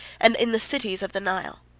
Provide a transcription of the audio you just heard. and in the cities of the nile.